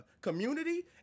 community